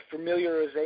familiarization